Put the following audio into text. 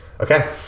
Okay